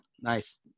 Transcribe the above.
nice